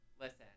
Listen